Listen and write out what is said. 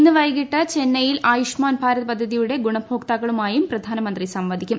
ഇന്ന് വൈകിട്ട് ചെന്നൈയിൽ ആയുഷ്മാൻ ഭാരത് പദ്ധതിയുടെ ഗുണഭോക്താക്കളുമായും പ്രധാനമന്ത്രി സംവദിക്കും